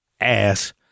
ass